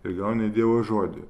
ir gauni dievo žodį